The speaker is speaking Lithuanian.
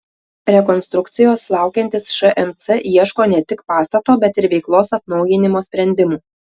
rekonstrukcijos laukiantis šmc ieško ne tik pastato bet ir veiklos atnaujinimo sprendimų